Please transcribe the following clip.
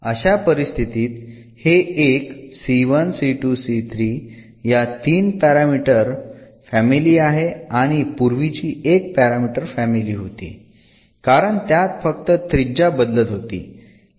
अशा परिस्थितीत हे एक या तीन पॅरामीटरची फॅमिली आहे आणि पूर्वीची एक पॅरामीटर फॅमिली होती कारण त्यात फक्त त्रिज्या बदलत होती